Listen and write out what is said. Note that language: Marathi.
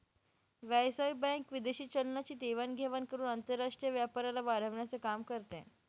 व्यावसायिक बँक विदेशी चलनाची देवाण घेवाण करून आंतरराष्ट्रीय व्यापाराला वाढवण्याचं काम करते